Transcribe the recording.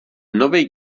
novej